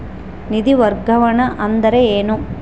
ನಿಧಿ ವರ್ಗಾವಣೆ ಅಂದರೆ ಏನು?